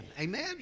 Amen